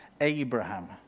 Abraham